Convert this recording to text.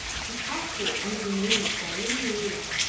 he passed here under the name of dain maroola.